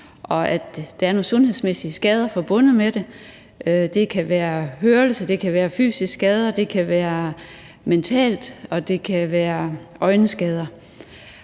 der er nogle sundhedsmæssige skader forbundet med det. Det kan være hørelse, det kan være fysiske